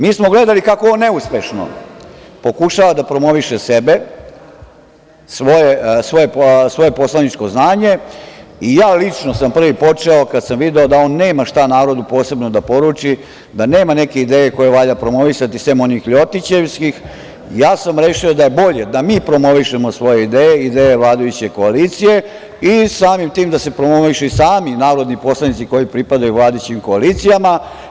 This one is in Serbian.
Mi smo gledali kako on neuspešno pokušava da promoviše sebe, svoje poslaničko znanje i ja lično sam prvi počeo kada sam video da on nema šta narodu posebno da poruči, da nema neke ideje koje valja promovisati, sem onih „ljotićevskih“, ja sam rešio da je bolje da mi promovišemo svoje ideje, ideje vladajuće koalicije i samim tim da se promovišu i sami narodni poslanici koji pripadaju vladajućim koalicijama.